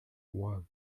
were